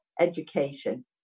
education